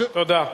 תודה.